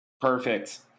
perfect